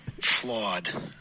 flawed